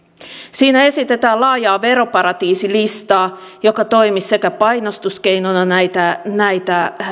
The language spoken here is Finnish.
siinä esitetään laajaa veroparatiisilistaa joka sekä toimisi painostuskeinona näitä näitä